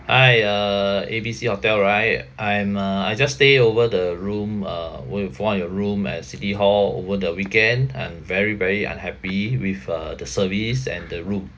hi uh A B C hotel right I'm uh I just stay over the room uh one for one of your room at city hall over the weekend I'm very very unhappy with uh the service and the room